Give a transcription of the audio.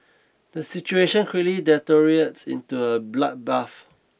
the situation quickly deteriorates into a bloodbath